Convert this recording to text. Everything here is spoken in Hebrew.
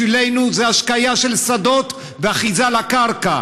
בשבילנו זה השקיה של שדות ואחיזה בקרקע.